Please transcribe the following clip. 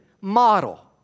model